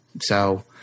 so-